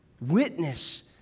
Witness